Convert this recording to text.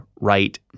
right